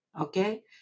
Okay